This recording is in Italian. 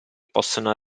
possono